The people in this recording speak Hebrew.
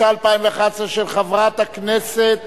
התשע"א 2011, לוועדה לקידום מעמד האשה נתקבלה.